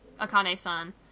Akane-san